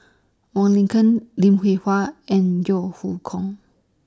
Wong Lin Ken Lim Hwee Hua and Yeo Hoe Koon